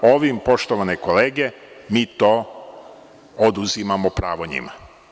Ovim, poštovane kolege, mi to oduzimamo pravo njima.